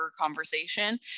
conversation